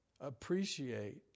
appreciate